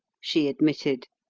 she admitted.